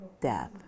death